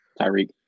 Tyreek